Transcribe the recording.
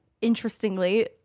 interestingly